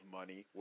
money